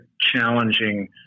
challenging